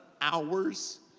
hours